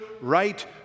right